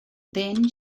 then